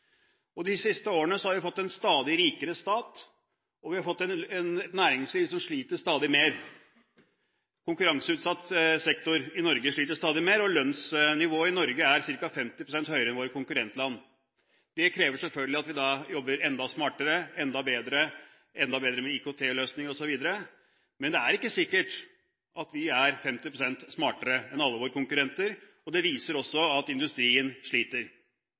har. De siste årene har vi fått en stadig rikere stat, og vi har fått et næringsliv som sliter stadig mer. Konkurranseutsatt sektor i Norge sliter stadig mer, og lønnsnivået i Norge er ca. 50 pst. høyere enn i våre konkurrentland. Det krever selvfølgelig at vi jobber enda smartere, enda bedre, enda bedre med IKT-løsninger, osv. Men det er ikke sikkert at vi er 50 pst. smartere enn alle våre konkurrenter, og det viser også at industrien sliter.